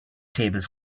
tables